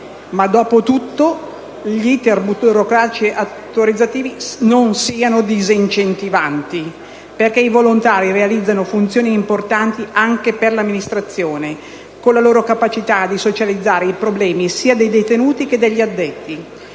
ma dopo tutto ciò i percorsi burocratici autorizzativi non siano disincentivanti. I volontari realizzano funzioni importanti anche per 1'amministrazione, con la loro capacità di socializzare i problemi, sia dei detenuti che degli addetti.